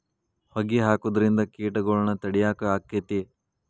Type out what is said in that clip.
ಹೊಗಿ ಹಾಕುದ್ರಿಂದ ಕೇಟಗೊಳ್ನ ತಡಿಯಾಕ ಆಕ್ಕೆತಿ?